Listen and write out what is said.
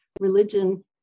religion